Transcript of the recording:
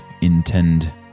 intend